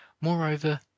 Moreover